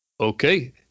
Okay